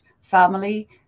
family